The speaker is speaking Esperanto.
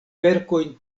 verkojn